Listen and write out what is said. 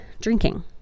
drinking